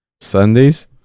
Sundays